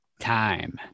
time